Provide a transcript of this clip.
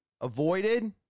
avoided